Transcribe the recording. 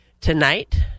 tonight